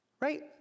Right